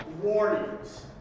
warnings